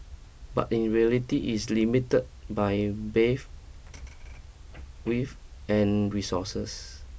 but in reality it is limited by bathe width and resources